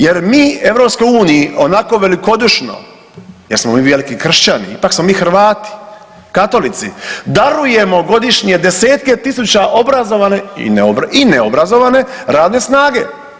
Jer mi EU onako velikodušno, jer smo mi veliki kršćani, ipak smo mi Hrvati, Katolici darujemo godišnje desetke tisuća obrazovane i neobrazovane radne snage.